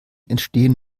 entstehen